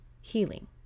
healing